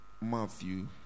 Matthew